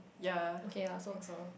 ya I think so